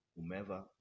whomever